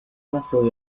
nasıl